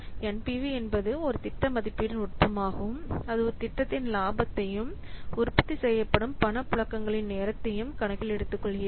NPV என்பது ஒரு திட்ட மதிப்பீட்டு நுட்பமாகும் இது ஒரு திட்டத்தின் இலாபத்தையும் உற்பத்தி செய்யப்படும் பணப்புழக்கங்களின் நேரத்தையும் கணக்கில் எடுத்துக்கொள்கிறது